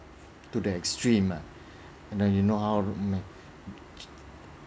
to the extreme ah and then you know how